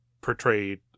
portrayed